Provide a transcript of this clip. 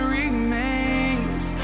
remains